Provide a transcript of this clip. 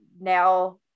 now